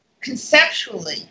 conceptually